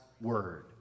word